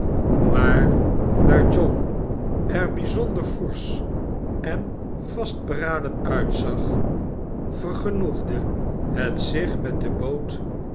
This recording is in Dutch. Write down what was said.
maar daar john er bijzonder forsch en vastberaden uitzag vergenoegde het zich met de boot